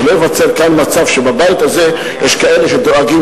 שלא ייווצר כאן מצב שבבית הזה יש כאלה שדואגים